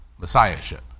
messiahship